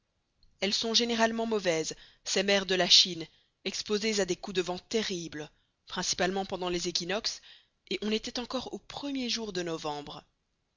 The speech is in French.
elles sont généralement mauvaises ces mers de la chine exposées à des coups de vent terribles principalement pendant les équinoxes et on était encore aux premiers jours de novembre